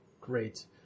Great